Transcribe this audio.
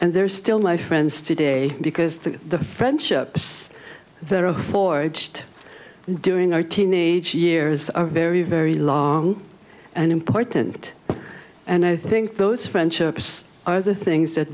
and there is still my friends today because the friendship there are forged during our teenage years are very very long and important and i think those friendships are the things that